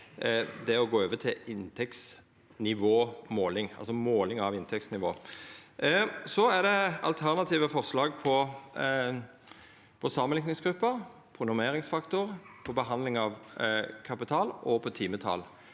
det å gå over til inntektsnivåmåling, altså måling av inntektsnivå. Så er det alternative forslag om samanlikningsgruppe, normeringsfaktor, behandling av kapital og timetal.